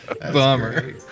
Bummer